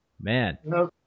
man